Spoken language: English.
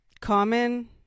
common